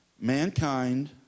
mankind